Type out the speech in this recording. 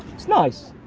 it's nice.